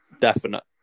definite